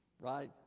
right